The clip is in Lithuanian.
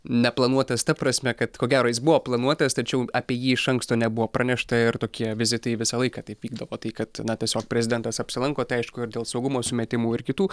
neplanuotas ta prasme kad ko gero jis buvo planuotas tačiau apie jį iš anksto nebuvo pranešta ir tokie vizitai visą laiką taip vykdavo tai kad na tiesiog prezidentas apsilanko tai aišku ir dėl saugumo sumetimų ir kitų